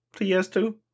PS2